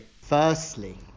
Firstly